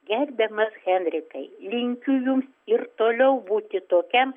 gerbiamas henrikai linkiu jums ir toliau būti tokiam